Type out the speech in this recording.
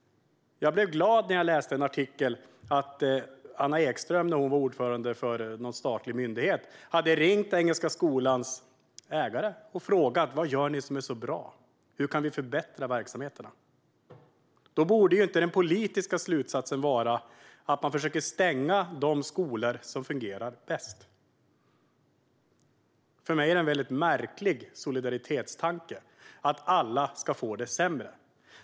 Jag blev glad när jag i en artikel läste att Anna Ekström, när hon var ordförande för en statlig myndighet, hade ringt Engelska Skolans ägare och frågat vad de gör som är så bra och undrat hur verksamheterna kan förbättras. Då borde inte den politiska slutsatsen vara att man försöker stänga de skolor som fungerar bäst. För mig är det en märklig solidaritetstanke att alla ska få det sämre.